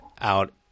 out